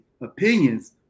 opinions